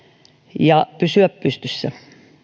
ja pysyä pystyssä